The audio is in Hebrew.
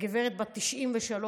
לגברת בת ה-93,